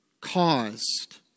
caused